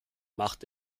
macht